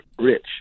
rich